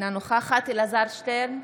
אינה נוכחת אלעזר שטרן,